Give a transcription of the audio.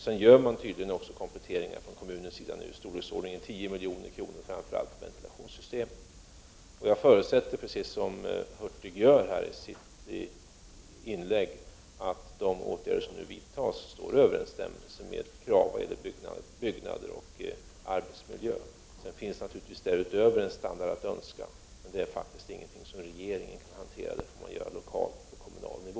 Man gör tydligen också kompletteringar från kommunens sida i storleksordningen 10 milj kr., framför allt i ventilationssystemet. Jag förutsätter precis som Bengt Hurtig gör här i sitt inlägg att de åtgärder som nu vidtas står i överensstämmelse med de krav som gäller för byggnader och arbetsmiljö. Därutöver finns naturligtvis en standard att önska, men det är faktiskt ingenting som regeringen kan hantera. Det får man göra lokalt, på kommunal nivå.